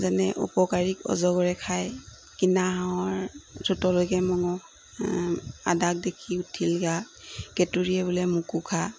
যেনে উপকাৰীক অজগৰে খায় কিনা হাঁহৰ ঠুতলৈকে মঙহ আদাক দেখি উঠিল গা কেতুৰীয়ে বোলে কোনো খা